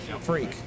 freak